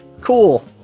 Cool